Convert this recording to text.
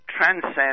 transcend